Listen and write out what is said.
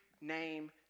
name